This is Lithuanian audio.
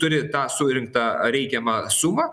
turi tą surinktą reikiamą sumą